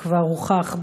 כבר הוכח,